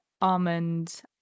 almond